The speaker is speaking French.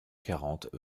quarante